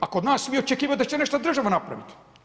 A kod nas vi očekujete da će nešto država napraviti.